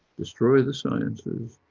destroy the sciences,